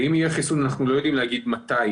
אם יהיה חיסון, אנחנו לא יודעים להגיד מתי